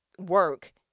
work